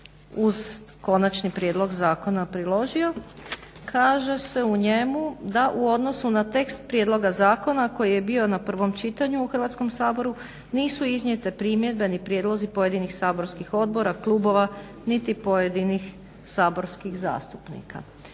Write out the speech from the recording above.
uz konačni prijedlog zakona priložio kaže se u njemu da u odnosu na tekst prijedloga zakona koji je bio na prvom čitanju u Hrvatskom saboru nisu iznijete primjedbe ni prijedlozi pojedinih saborskih odbora, klubova, niti pojedinih saborskih zastupnika.